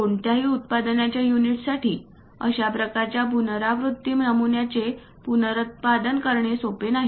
कोणत्याही उत्पादनाच्या युनिटसाठी अशा प्रकारच्या पुनरावृत्ती नमुन्यांचे पुनरुत्पादन करणे सोपे नाही